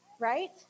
right